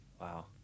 Wow